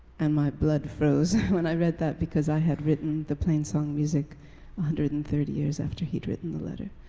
and my blood froze when i read that because i had written the plain-song music one hundred and thirty years after he'd written the letter.